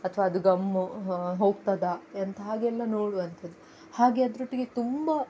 ಅಥವಾ ಅದು ಗಮ್ಮು ಹೋಗ್ತದಾ ಎಂತ ಹಾಗೆಲ್ಲ ನೋಡುವಂಥದ್ದು ಹಾಗೆ ಅದರೊಟ್ಟಿಗೆ ತುಂಬ